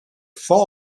far